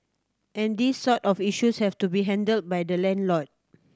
and these sort of issues have to be handled by the landlord